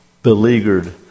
beleaguered